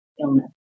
illness